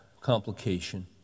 complication